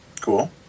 Cool